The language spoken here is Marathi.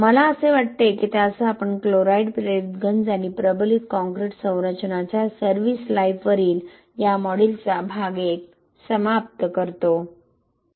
मला असे वाटते की त्यासह आपण क्लोराईड प्रेरित गंज आणि प्रबलित काँक्रीट संरचनांच्या सर्व्हीस लाईफवरील या मॉड्यूलचा भाग 1 समाप्त करतो